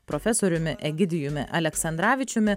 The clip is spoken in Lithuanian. profesoriumi egidijumi aleksandravičiumi